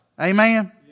Amen